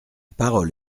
parole